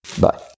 Bye